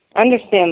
understand